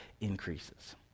increases